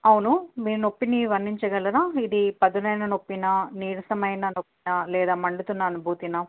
అవును మీ నొప్పిని వర్ణంచగలరా ఇది పదునైన నొప్పిన నీరసమైన నొప్పినా లేదా మండుతున్న అనుభూతిన